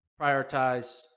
prioritize